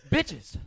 Bitches